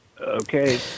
Okay